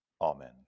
Amen